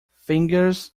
fingers